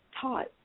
taught